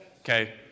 Okay